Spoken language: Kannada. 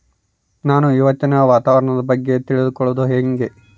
ನಾನು ಇವತ್ತಿನ ವಾತಾವರಣದ ಬಗ್ಗೆ ತಿಳಿದುಕೊಳ್ಳೋದು ಹೆಂಗೆ?